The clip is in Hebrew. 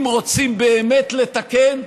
אם רוצים באמת לתקן,